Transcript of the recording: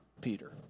Peter